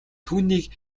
түүнийг